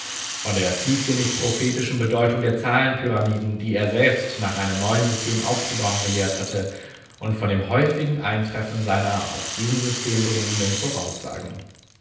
von der tiefsinnig prophetischen bedeutung der zahlenpyramiden die er selbst nach einem neuen system aufzubauen gelehrt hatte und von dem häufigen eintreffen seiner auf diesem system beruhenden voraussagen